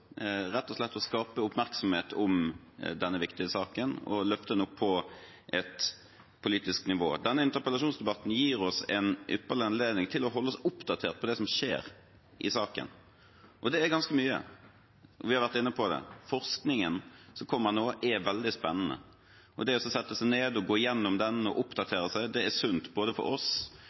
rett og slett å skape oppmerksomhet om denne viktige saken og løfte den opp på et politisk nivå. Denne interpellasjonsdebatten gir oss en ypperlig anledning til å holde oss oppdatert på det som skjer i saken, og det er ganske mye. Vi har vært inne på at forskningen som kommer nå, er veldig spennende. Det å sette seg ned og gå cgjennom den og oppdatere seg er sunt for oss,